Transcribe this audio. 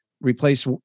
replace